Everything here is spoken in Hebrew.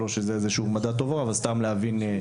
לא שזה איזה שהוא מדד טוב, אבל סתם כדי להבין.